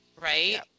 Right